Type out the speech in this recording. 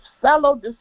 fellow